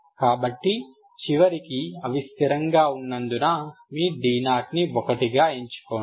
కాబట్టి చివరకు అవి స్థిరంగా ఉన్నందున మీ d0 ని 1 గా ఎంచుకోండి